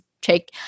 take